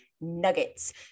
Nuggets